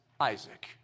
Isaac